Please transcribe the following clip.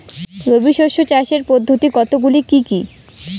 রবি শস্য চাষের পদ্ধতি কতগুলি কি কি?